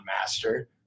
master